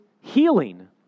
healing